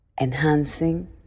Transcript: enhancing